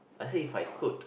I say if I could